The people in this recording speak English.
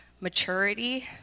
maturity